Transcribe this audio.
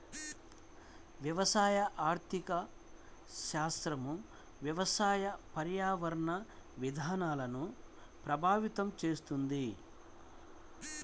వ్యవసాయ ఆర్థిక శాస్త్రం వ్యవసాయ, పర్యావరణ విధానాలను ప్రభావితం చేస్తుంది